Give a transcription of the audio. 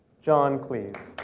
john cleese